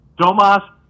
Domas